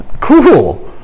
cool